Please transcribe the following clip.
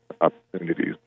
opportunities